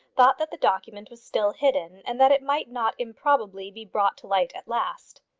thought that the document was still hidden, and that it might not improbably be brought to light at last.